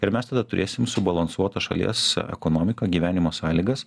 ir mes tada turėsim subalansuotą šalies ekonomiką gyvenimo sąlygas